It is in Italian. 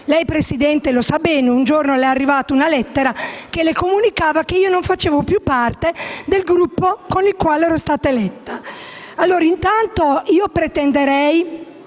Presidente, lo sa bene: un giorno le è arrivata una lettera che le comunicava che io non facevo più parte del Gruppo con il quale ero stata eletta. Intanto, pretenderei